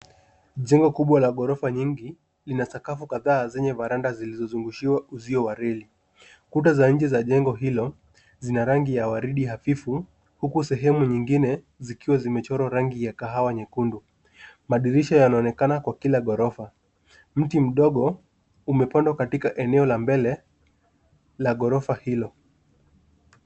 Jengo kubwa la gorofa nyingi lina sakafu kadhaa zenye veranda zilizozungukiwa uzio wa reli. Kuta za nje za jengo hilo zina rangi ya waridi hafifu huku sehemu nyingine zikiwa zimechorwa rangi ya kahawa nyekundu. Madirisha yanaonekana kwa kila gorofa. Mti mdogo umepandwa katika eneo la mbele la gorofa hilo.